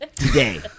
Today